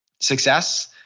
success